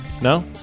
No